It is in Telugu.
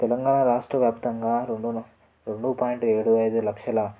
తెలంగాణ రాష్ట్ర వ్యాప్తంగా రెండు రెండు పాయింట్ ఏడూ ఐదు లక్షల